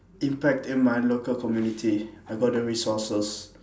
impact in my local community I got the resources